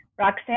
Roxanne